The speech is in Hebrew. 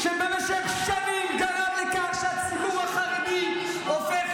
שבמשך שנים גרם לכך שהציבור החרדי הופך